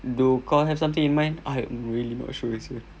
do kau have something in mind I'm really not sure sia